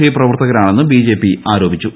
I പ്രവർത്തകരാണെന്ന് BJP ആരോപിച്ചു